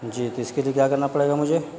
جی تو اس کے لیے کیا کرنا پڑے گا مجھے